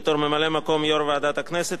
בתור ממלא-מקום יושב-ראש ועדת הכנסת,